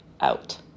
out